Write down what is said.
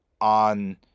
on